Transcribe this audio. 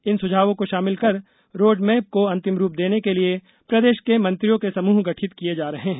इन सुझावों को शामिल कर रोडमैप को अंतिम रूप देने के लिए प्रदेश के मंत्रियों के समूह गठित किए जा रहे हैं